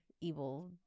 evil